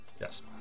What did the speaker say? Yes